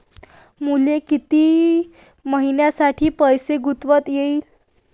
मले कितीक मईन्यासाठी पैसे गुंतवता येईन?